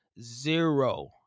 zero